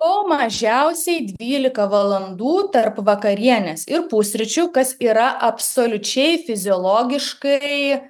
o mažiausiai dvylika valandų tarp vakarienės ir pusryčių kas yra absoliučiai fiziologiškai